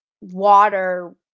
water